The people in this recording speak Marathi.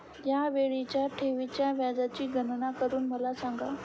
या वेळीच्या ठेवीच्या व्याजाची गणना करून मला सांगा